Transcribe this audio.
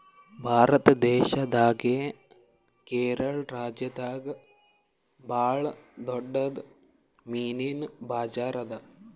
ಭಾರತ್ ದೇಶದಾಗೆ ಕೇರಳ ರಾಜ್ಯದಾಗ್ ಭಾಳ್ ದೊಡ್ಡದ್ ಮೀನಿನ್ ಬಜಾರ್ ಅದಾ